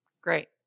Great